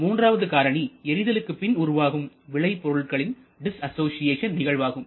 மூன்றாவது காரணி எரிதலுக்கு பின் உருவாகும் விளைபொருள்களின் டிஸ்அசோஷியேஷன் நிகழ்வாகும்